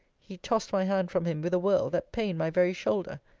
he tossed my hand from him with a whirl, that pained my very shoulder.